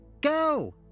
go